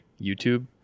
YouTube